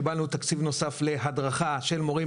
קיבלנו תקציב נוסף להדרכה של מורים.